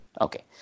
okay